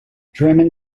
drammen